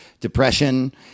depression